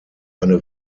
eine